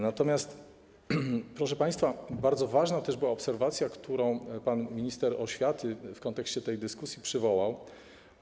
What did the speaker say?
Natomiast, proszę państwa, bardzo ważna też była obserwacja, którą pan minister oświaty w kontekście tej dyskusji przywołał.